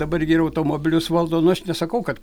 dabar gi ir automobilius valdo nu aš nesakau kad